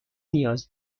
نیاز